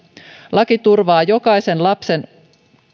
laki turvaa jokaisen lapsen